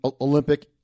Olympic